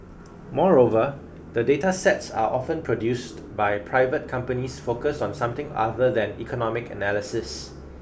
moreover the data sets are often produced by private companies focused on something other than economic analysis